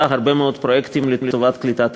הרבה מאוד פרויקטים לטובת קליטת העולים,